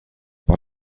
but